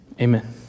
amen